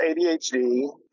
ADHD